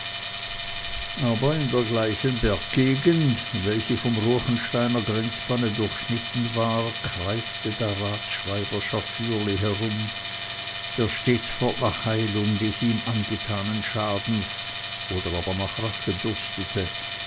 aber in der gleichen berggegend welche vom ruechensteiner grenzbanne durchschnitten war kreiste der ratsschreiber schafürli herum der stetsfort nach heilung des ihm angetanen schadens oder aber nach rache dürstete